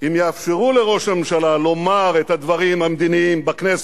אם יאפשרו לראש הממשלה לומר את הדברים המדיניים בכנסת.